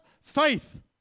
faith